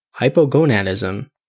hypogonadism